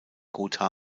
gotha